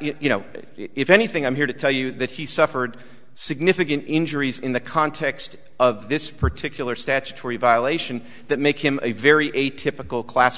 you know if anything i'm here to tell you that he suffered significant injuries in the context of this particular statutory violation that makes him a very atypical class